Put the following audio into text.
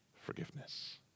forgiveness